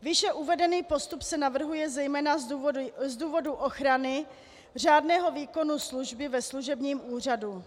Výše uvedený postup se navrhuje zejména z důvodu ochrany řádného výkonu služby ve služebním úřadu.